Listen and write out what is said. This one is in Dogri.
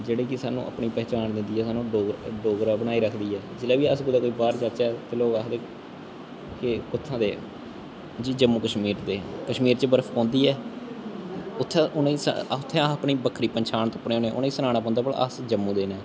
जेह्ड़ी कि सानूं अपनी पह्चान दिंदी ऐ सानूं डोग डोगरा बनाई रक्खदी ऐ जेल्लै बी अस कुदै बाहर जाच्चै ते लोग आखदे कि कुत्थै दे जी जम्मू कश्मीर दे कश्मीर च बर्फ पौंदी ऐ उत्थै उ'नें गी उत्थै अस अपनी बक्खरी पंछान तुप्पदे होन्ने उ'नें गी सनाना पौंदा भला अस जम्मू दे न